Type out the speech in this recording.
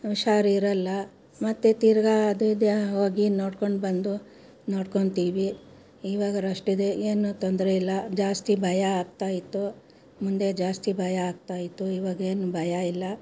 ಹುಷಾರಿರಲ್ಲ ಮತ್ತು ತಿರುಗಾ ಅದು ಇದು ಹೋಗಿ ನೋಡಿಕೊಂಡ್ಬಂದು ನೋಡಿಕೋಂತೀವಿ ಇವಾಗ ರಸ್ಟಿದೆ ಏನು ತೊಂದರೆ ಇಲ್ಲ ಜಾಸ್ತಿ ಭಯ ಆಗ್ತಾಯಿತ್ತು ಮುಂದೆ ಜಾಸ್ತಿ ಭಯ ಆಗ್ತಾಯಿತ್ತು ಇವಾಗೇನು ಭಯ ಇಲ್ಲ